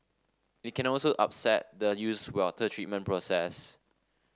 it can also upset the used water treatment process